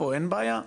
פה אין בעיה.